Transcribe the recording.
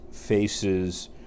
faces